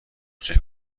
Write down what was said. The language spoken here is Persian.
کوچک